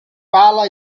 pala